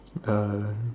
uh